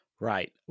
right